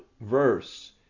verse